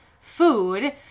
food